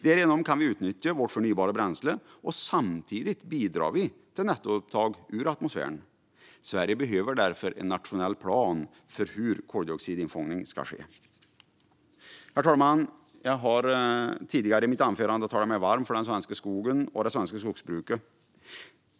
Därigenom kan vi utnyttja vårt förnybara bränsle och samtidigt bidra till nettoupptag ur atmosfären. Sverige behöver därför en nationell plan för hur koldioxidinfångning ska ske. Herr talman! Jag har tidigare i mitt anförande talat mig varm för den svenska skogen och det svenska skogsbruket.